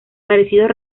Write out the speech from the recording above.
parecidos